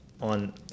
on